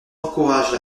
encourage